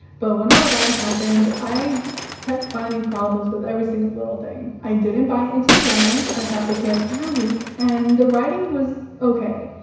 but when all that happened, i kept finding problems with every single little thing. i didn't buy into the romance. i thought the characters were weak, and the writing was okay.